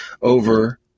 over